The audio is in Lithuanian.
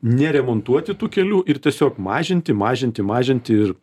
neremontuoti tų kelių ir tiesiog mažinti mažinti mažinti ir